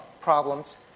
problems